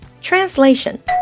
Translation